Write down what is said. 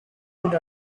hood